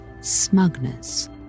smugness